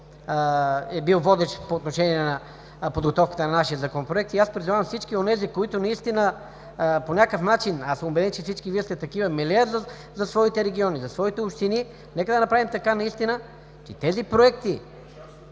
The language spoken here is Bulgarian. е бил водещ по отношение на подготовката на нашия Законопроект. Аз призовавам всички онези, които наистина по някакъв начин, а аз съм убеден, че всички Вие сте такива – милеете за своите региони, за своите общини, нека да направим така, че проектите,